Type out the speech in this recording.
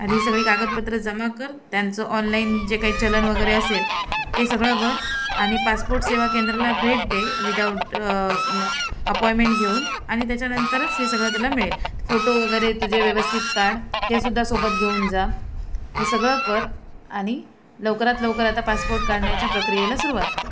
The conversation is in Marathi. आणि ही सगळी कागदपत्रं जमा कर त्यांचं ऑनलाईन जे काही चलन वगैरे असेल ते सगळं भर आणि पासपोर्ट सेवा केंद्राला भेट दे विदाउट अपॉइमेंट घेऊन आणि त्याच्यानंतरच हे सगळं तुला मिळेल फोटो वगैरे तुझे व्यवस्थित काढ तेसुद्धा सोबत घेऊन जा हे सगळं कर आणि लवकरात लवकर आता पासपोर्ट काढण्याच्या प्रक्रियेला सुरवात कर